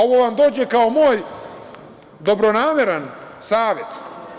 Ovo vam dođe kao dobronameran savet.